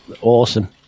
awesome